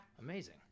Amazing